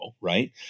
right